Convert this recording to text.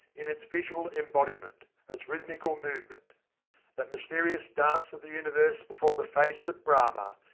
in its visual embodiment, as rhythmical movement that mysterious dance of the universe before the face of brahma,